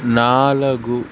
నాలగు